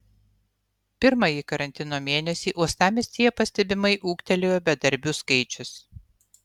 pirmąjį karantino mėnesį uostamiestyje pastebimai ūgtelėjo bedarbių skaičius